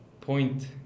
point